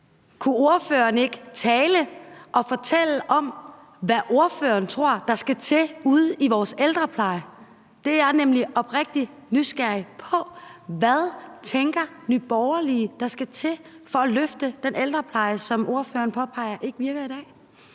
Kunne ordføreren ikke fortælle om, hvad ordføreren tror der skal til ude i vores ældrepleje? Det er jeg nemlig oprigtigt nysgerrig på. Hvad tænker Nye Borgerlige der skal til for at løfte den ældrepleje, som ordføreren påpeger ikke virker i dag?